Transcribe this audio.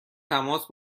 تماس